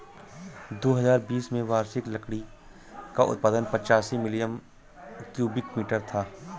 दो हजार बीस में वार्षिक लकड़ी का उत्पादन पचासी मिलियन क्यूबिक मीटर था